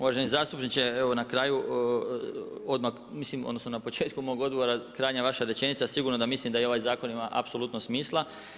Uvaženi zastupniče, evo na kraju, odmah, mislim na početku mog odgovor kranja vaša rečenica, sigurno da mislim da i ovaj zakon ima apsolutno smisla.